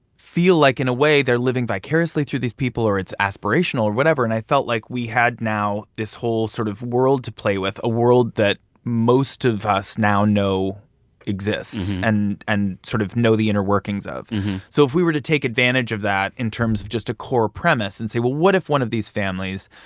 feel like, in a way, they're living vicariously through these people or it's aspirational or whatever. and i felt like we had now this whole sort of world to play with, a world that most of us now know exists and and sort of know the inner workings of so if we were to take advantage of that in terms of just a core premise and say, well, what if one of these families,